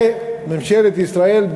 וממשלת ישראל,